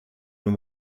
nur